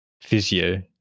physio